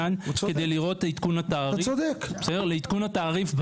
על החוקיות של תשלום נסיעות לעובדים זרים.